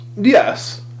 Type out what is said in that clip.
Yes